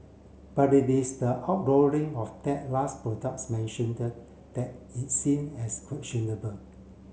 but it is the outlawing of that last products mentioned the that is seen as questionable